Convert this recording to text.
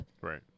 Right